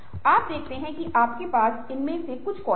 आप देखते हैं कि आपके पास इनमें से कुछ कौशल हैं